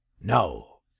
No